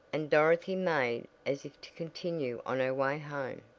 and dorothy made as if to continue on her way home.